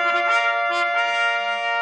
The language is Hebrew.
המדינה מאולם המליאה.) (תרועת חצוצרות)